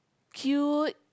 cute